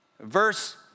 Verse